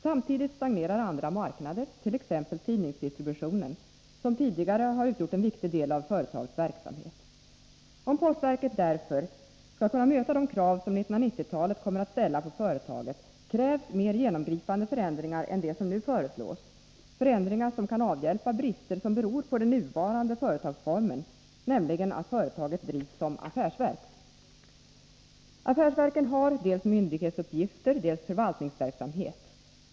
Samtidigt stagnerar andra marknader, t.ex. tidningsdistributionen, som tidigare utgjort en viktig del av företagets verksamhet. Om postverket därför skall kunna möta de krav som 1990-talet kommer att ställa på företaget, krävs mer genomgripande förändringar än de som nu föreslås, förändringar som kan avhjälpa brister som beror på den nuvarande företagsformen, nämligen att företaget drivs som affärsverk. Affärsverken har dels myndighetsuppgifter, dels förvaltningsverksamhet.